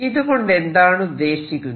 ഇതുകൊണ്ട് എന്താണ് ഉദ്ദേശിക്കുന്നത്